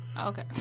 Okay